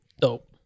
dope